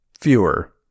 fewer